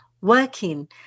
working